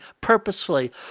purposefully